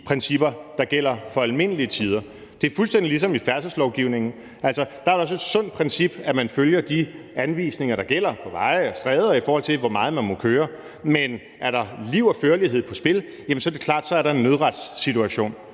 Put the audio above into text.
principper, der gælder for almindelige tider. Det er fuldstændig ligesom i færdselslovgivningen, for der er det også et sundt princip, at man følger de anvisninger, der gælder på veje og stræder, i forhold til hvor hurtigt man må køre, men er der liv og førlighed på spil, er det klart, at så er der en nødretssituation.